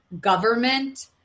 government